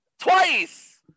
Twice